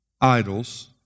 idols